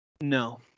No